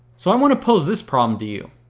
so, i want to pose this problem to you,